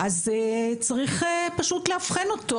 אז צריך פשוט לאבחן אותו